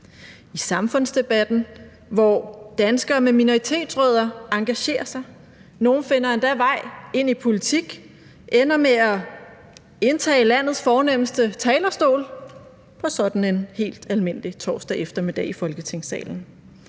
i samfundsdebatten, hvor danskere med minoritetsrødder engagerer sig – nogle finder endda vej ind i politik og ender med at indtage landets fornemste talerstol på sådan en helt almindelig torsdag eftermiddag i Folketingssalen.